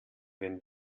wenn